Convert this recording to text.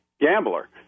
gambler